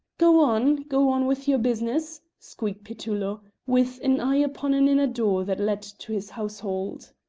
go on, go on with your business, squeaked petullo, with an eye upon an inner door that led to his household.